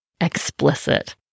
explicit